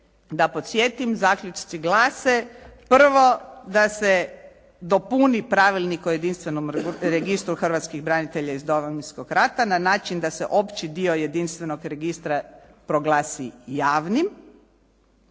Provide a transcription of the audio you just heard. da podsjetim zaključci glase, prvo da se dopuni pravilnik o jedinstvenom registru hrvatskih branitelja iz Domovinskog rata na način da se opći dio jedinstvenog registra proglasi javnim,